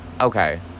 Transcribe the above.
Okay